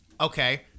okay